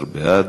11 בעד.